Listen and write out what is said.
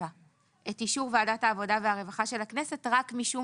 את אישור ועדת העבודה והרווחה של הכנסת רק משום